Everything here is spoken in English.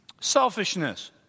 Selfishness